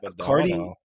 Cardi